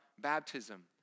baptism